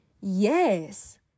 yes